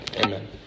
amen